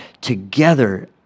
together